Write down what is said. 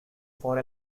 for